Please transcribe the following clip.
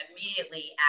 immediately